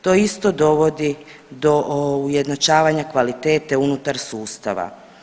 To isto dovodi do ujednačavanja kvalitete unutar sustava.